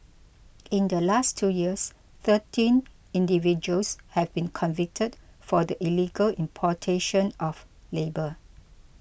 in the last two years thirteen individuals have been convicted for the illegal importation of labour